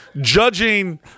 judging